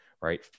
right